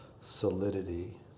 solidity